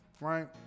right